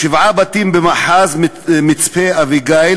שבעה בתים במאחז מצפה-אביגיל,